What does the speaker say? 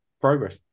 progress